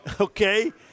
okay